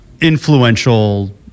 influential